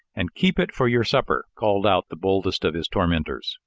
and keep it for your supper, called out the boldest of his tormentors.